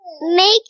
Make